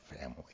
family